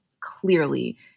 Clearly